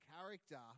character